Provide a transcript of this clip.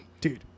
Dude